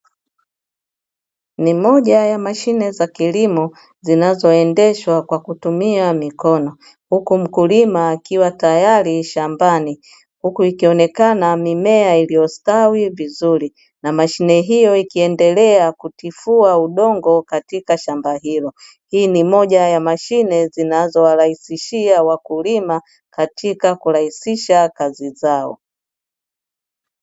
Ni moja ya mashine za kilimo zinazoendeshwa kwa kutumia mikono, huku mkulima akiwa tayari shambani, huku ikionekana mimea iliyostawi vizuri, na mashine hiyo ikiendelea kutifua udongo katika shamba hilo. Hii ni moja ya mashine zinazowarahisishia wakulima katika kurahisisha kazi zao.